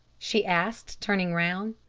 she asked, turning round.